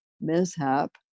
mishap